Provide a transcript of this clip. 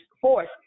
force